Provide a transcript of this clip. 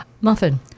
Muffin